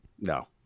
no